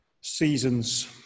seasons